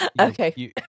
Okay